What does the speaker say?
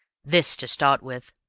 this, to start with.